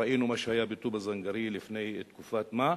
ראינו מה שהיה בטובא-זנגרייה לפני תקופת מה,